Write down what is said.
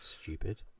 stupid